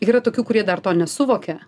yra tokių kurie dar to nesuvokia